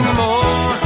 more